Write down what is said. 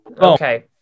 Okay